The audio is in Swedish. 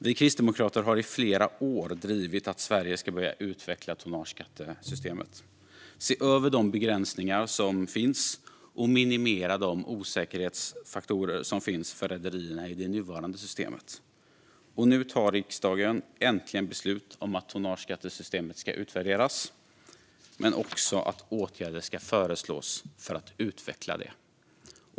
Vi kristdemokrater har i flera år drivit att Sverige ska börja utveckla tonnageskattesystemet, se över de begränsningar som finns och minimera de osäkerhetsfaktorer som finns för rederierna i det nuvarande systemet. Nu tar riksdagen äntligen beslut om att tonnageskattesystemet ska utvärderas men också om att åtgärder ska föreslås för att utveckla det.